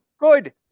good